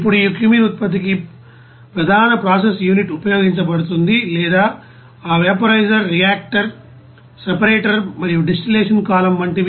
ఇప్పుడు ఈ క్యూమీన్ఉత్పత్తికి ప్రధాన ప్రాసెస్ యూనిట్ ఉపయోగించబడుతుంది లేదా ఆ వాపోరైజర్ రియాక్టర్ సెపరేటర్ మరియు డిస్టిల్లషన్ కాలమ్ వంటివి